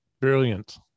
Brilliant